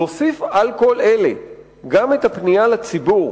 להוסיף על כל אלה גם את הפנייה לציבור